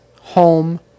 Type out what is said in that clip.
home